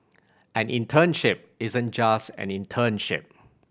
an internship isn't just an internship